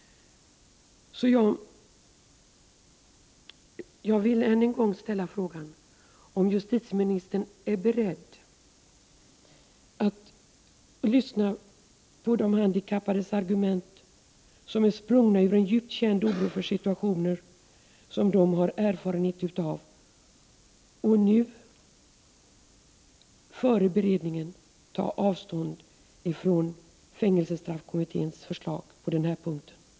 Jag vill än en gång ställa frågan om justitieministern är beredd att lyssna på de handikappades argument, som är sprungna ur djupt känd oro för situationer som de har erfarenhet av. Vill justitieministern nu, före beredningen, ta avstånd ifrån fängelsestraffkommitténs förslag på denna punkt?